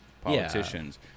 politicians